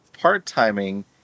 part-timing